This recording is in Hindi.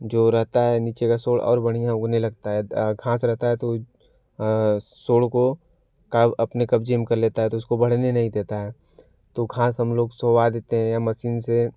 जो रहता है नीचे का सोड़ और बढ़िया उगने लगता है घास रहता है तो वह सोड़ को कब अपने कब्जे में कर लेता है तो उसको बढ़ने नहीं देता है तो घास हम लोग सोड़वा देते हैं या मसीन से